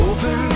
Open